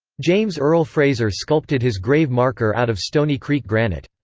james earle fraser sculpted his grave marker out of stony creek granite.